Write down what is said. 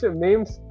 memes